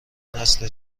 نسل